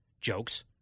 jokes